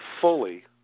fully